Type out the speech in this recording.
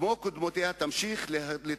כמו קודמותיה,